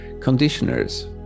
conditioners